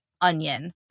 onion